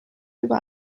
über